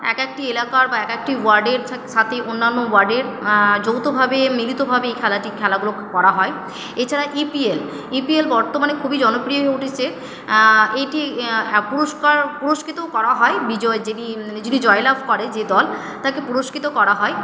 এক একটি এলাকার বা এক একটি ওয়ার্ডের সাথে অন্যান্য ওয়ার্ডের যৌথ ভাবে মিলিত ভাবে এই খেলাটি খেলাগুলো করা হয় এছাড়া E P L E P L বর্তমানে খুবই জনপ্রিয় হয়ে উঠেছে এটি পুরস্কার পুরস্কৃতও করা হয় বিজয়ী যিনি যিনি জয়লাভ করে যে দল তাকে পুরস্কৃত করা হয়